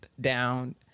down